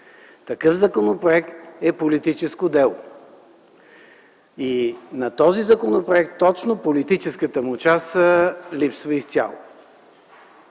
Такъв законопроект е политическо дело, а на този законопроект точно политическата му част липсва изцяло.